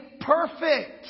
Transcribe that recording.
perfect